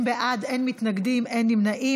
20 בעד, אין מתנגדים, אין נמנעים.